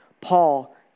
Paul